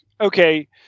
okay